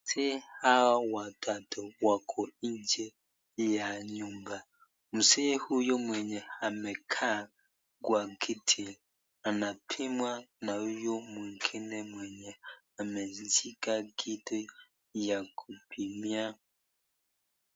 Wazee hao watatu wako nje ya nyumba, mzee huyo mwenye amekaa kwa kiti anapimwa na huyu mwingine mwenye ameshika kitu ya kupimia.